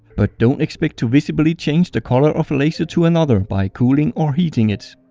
but don't expect to visibly change the color of a laser to another by cooling or heating it.